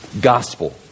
gospel